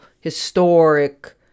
historic